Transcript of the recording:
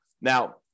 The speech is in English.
Now